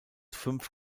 fünf